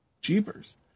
Jeepers